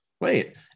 wait